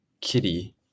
Kitty